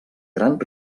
gran